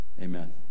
Amen